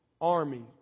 army